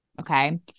okay